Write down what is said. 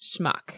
schmuck